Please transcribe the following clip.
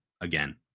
again